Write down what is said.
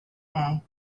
day